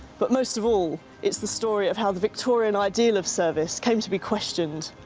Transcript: but, most of all, it's the story of how the victorian ideal of service came to be questioned,